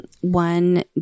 one